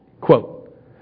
Quote